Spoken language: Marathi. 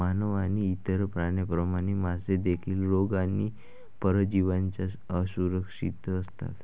मानव आणि इतर प्राण्यांप्रमाणे, मासे देखील रोग आणि परजीवींना असुरक्षित असतात